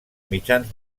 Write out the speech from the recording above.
mitjans